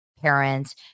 parents